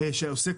שעוסק